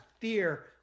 Fear